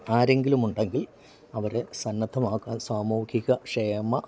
ആരെങ്കിലും ഉണ്ടെങ്കിൽ അവരെ സന്നദ്ധതമാക്കാൻ സാമൂഹിക ക്ഷേമ